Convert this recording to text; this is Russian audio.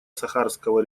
сахарского